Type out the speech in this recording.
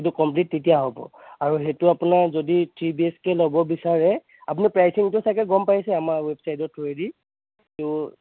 সেইটো কম্প্লীট তেতিয়া হ'ব আৰু সেইটো আপোনাৰ যদি থ্ৰী বি এইছ কে ল'ব বিচাৰে আপুনি প্ৰাইচিংটো টো ছাগে গম পাইছেই আমাৰ ৱেৱ ছাইটৰ থ্ৰ'য়েদি এইটো